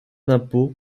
d’impôt